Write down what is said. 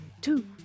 two